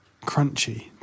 crunchy